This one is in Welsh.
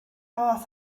fath